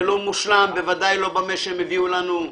זה לא מושלם, בוודאי לא במה שהם הביאו לנו.